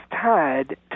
tied